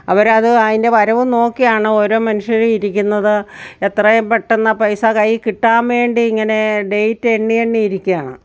അവരത് അതിൻ്റെ വരവും നോക്കിയാണ് ഓരോ മനുഷ്യരും ഇരിക്കുന്നത് എത്രയും പെട്ടന്ന് ആ പൈസ കയ്യിൽ കിട്ടാൻ വേണ്ടി ഇങ്ങനെ ഡേറ്റ് എണ്ണി എണ്ണി ഇരിക്കുകയാണ്